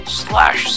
slash